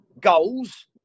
goals